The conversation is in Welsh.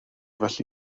felly